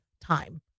time